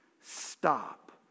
stop